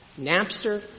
Napster